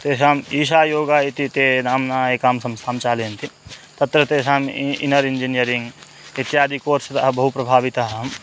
तेषाम् ईशायोगा इति ते नाम्ना एकां संस्थां चालयन्ति तत्र तेषाम् इ इनर् इञ्जिनियरिङ्ग् इत्यादि कोर्स् तद् बहु प्रभावितः अहं